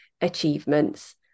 achievements